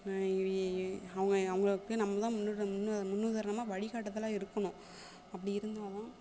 இ வி இ அவங்க அவங்களுக்கு நம்ப தான் முன்னேற்றம் முன்னு முன்னுதாரணமாக வழிகாட்டுதலாக இருக்கணும் அப்படி இருந்தால்தான்